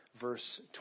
verse